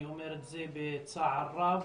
אני אומר את זה בצער רב,